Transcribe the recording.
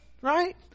right